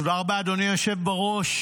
תודה רבה, אדוני היושב בראש.